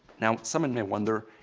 now someone may wonder,